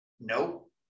Nope